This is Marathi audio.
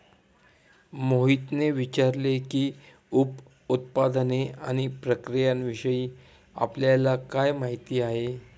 मोहितने विचारले की, उप उत्पादने आणि प्रक्रियाविषयी आपल्याला काय माहिती आहे?